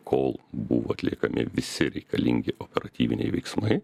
kol buvo atliekami visi reikalingi operatyviniai veiksmai